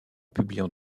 publiant